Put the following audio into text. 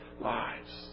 lives